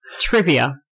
Trivia